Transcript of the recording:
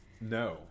No